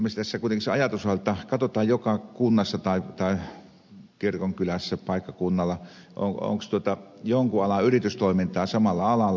ilmeisesti tässä kuitenkin se ajatus on jotta katsotaan joka kunnassa tai kirkonkylässä paikkakunnalla onko jonkun alan yritystoimintaa samalla alalla